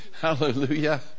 Hallelujah